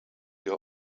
you